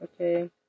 okay